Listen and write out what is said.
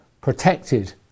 protected